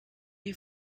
you